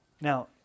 Now